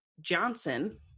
Johnson